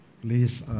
Please